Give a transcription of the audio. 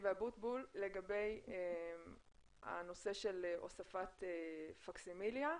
ואבוטבול לגבי הנושא של הוספת פקסימיליה.